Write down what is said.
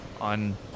On